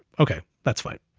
okay, that's fine.